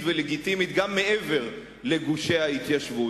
ולגיטימית גם מעבר לגושי ההתיישבות,